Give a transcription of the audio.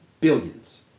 billions